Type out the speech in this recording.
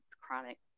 Chronic